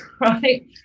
right